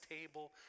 table